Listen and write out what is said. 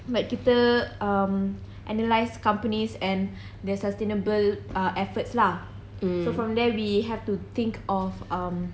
bab kita um analyse companies and their sustainable uh efforts lah so from there we have to think of um